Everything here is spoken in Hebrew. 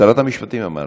שרת המשפטים, אמרתי.